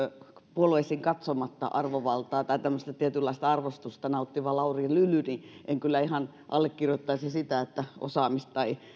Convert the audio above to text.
puolueisiin katsomatta yhteiskunnallista arvovaltaa tai tämmöistä tietynlaista arvostusta nauttiva lauri lyly ihmettelen kovasti enkä kyllä ihan allekirjoittaisi sitä että osaamista ei